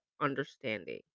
understanding